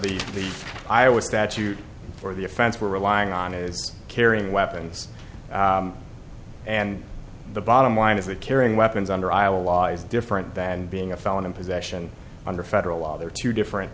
of the i was statute for the offense we're relying on is carrying weapons and the bottom line is carrying weapons under iowa law is different than being a felon in possession under federal law there are two different